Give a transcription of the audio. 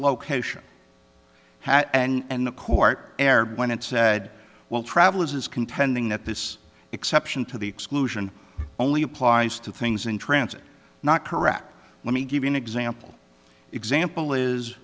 location had and the court erred when it said well travel is contending that this exception to the exclusion only applies to things in transit not correct let me give you an example example is